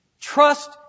trust